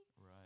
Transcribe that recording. right